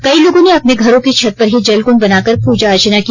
कई लोगों ने अपने घरों की छत पर ही जल कुंड बनाकर पूजा अर्चना की